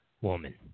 woman